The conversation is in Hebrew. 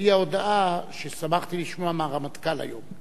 אודיע הודעה ששמחתי לשמוע מהרמטכ"ל היום.